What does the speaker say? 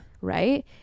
right